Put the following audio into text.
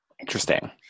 Interesting